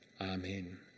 Amen